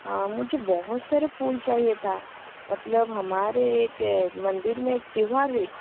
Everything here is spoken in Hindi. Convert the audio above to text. हाँ मुझे बहुत सारे फूल चाहिए था मतलब हमारे एक मंदिर में एक त्योहार है